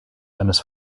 eines